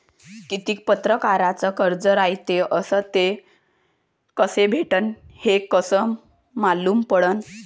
कितीक परकारचं कर्ज रायते अस ते कस भेटते, हे कस मालूम पडनं?